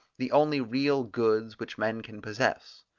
the only real goods which men can possess.